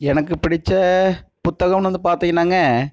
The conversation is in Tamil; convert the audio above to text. எனக்குப் பிடித்த புத்தகம்னு வந்து பார்த்தீங்கனாங்க